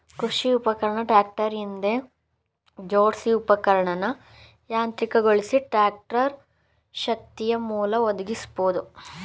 ಕೃಷಿ ಉಪಕರಣ ಟ್ರಾಕ್ಟರ್ ಹಿಂದೆ ಜೋಡ್ಸಿ ಉಪಕರಣನ ಯಾಂತ್ರಿಕಗೊಳಿಸಿ ಟ್ರಾಕ್ಟರ್ ಶಕ್ತಿಯಮೂಲ ಒದಗಿಸ್ಬೋದು